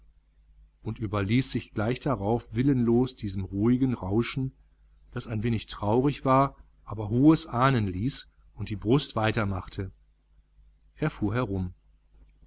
und überließ sich gleich darauf willenlos diesem ruhigen rauschen das ein wenig traurig war aber hohes ahnen ließ und die brust weiter machte er fuhr herum